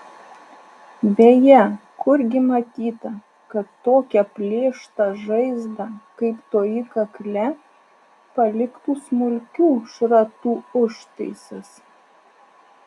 beje kurgi matyta kad tokią plėštą žaizdą kaip toji kakle paliktų smulkių šratų užtaisas